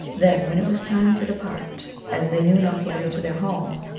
then when it was time to depart, as they knew not the way to their home,